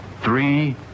three